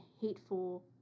hateful